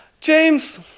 James